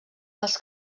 dels